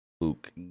Luke